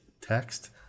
text